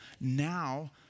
Now